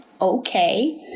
okay